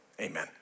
Amen